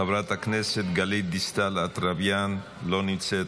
חברת הכנסת גלית דיסטל אטבריאן, לא נמצאת,